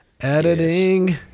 Editing